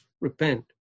repent